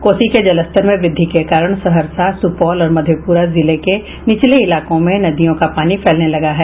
कोसी के जलस्तर में वृद्धि के कारण सहरसा सुपौल और मधेपुरा जिले के निचले इलाकों में नदियों का पानी फैलने लगा है